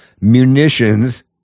Munitions